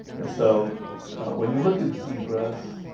and so when you look at zebras